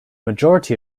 majority